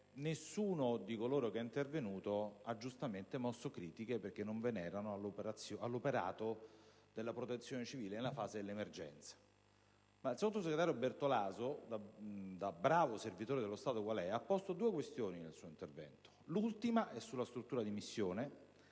nessuno di coloro che è intervenuto ha giustamente mosso critiche, perché non ve n'erano, all'operato della Protezione civile nella fase dell'emergenza. Tuttavia, il sottosegretario Bertolaso, da bravo servitore dello Stato qual è, ha posto due questioni nel suo intervento, l'ultima sulla struttura di missione